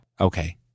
Okay